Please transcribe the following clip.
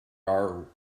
our